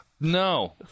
No